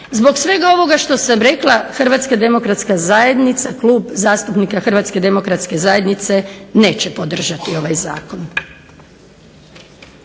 Zbog svega ovoga što sam rekla Hrvatska demokratska zajednica, Klub zastupnika HDZ-a neće podržati ovaj Zakon.